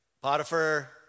Potiphar